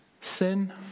sin